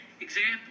example